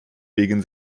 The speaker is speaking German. wegen